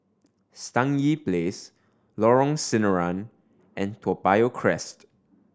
Stangee Place Lorong Sinaran and Toa Payoh Crest